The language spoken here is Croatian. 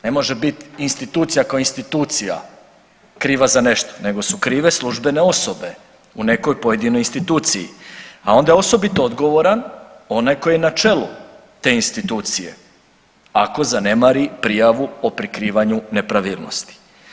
Ne može biti institucija kao institucija kriva za nešto nego su krive službene osobe u nekoj pojedinoj instituciji, a onda je osobito odgovoran onaj koji je na čelu te institucije ako zanemari prijavu o prikrivanju nepravilnosti.